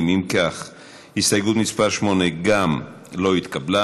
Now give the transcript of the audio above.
כך, הסתייגות 8 לא התקבלה.